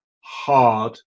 hard